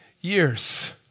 years